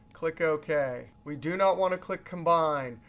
click ok. we do not want to click combine.